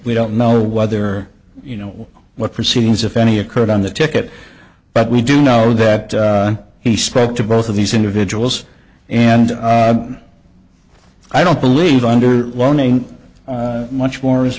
we don't know whether you know what proceedings if any occurred on the ticket but we do know that he spoke to both of these individuals and i don't believe under warning much more is